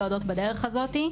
צועדות בדרך הזאת.